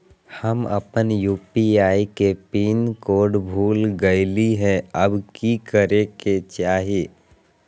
हम अपन यू.पी.आई के पिन कोड भूल गेलिये हई, अब की करे के चाही?